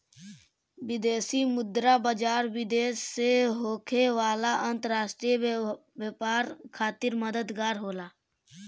विदेशी मुद्रा बाजार, विदेश से होखे वाला अंतरराष्ट्रीय व्यापार खातिर मददगार होला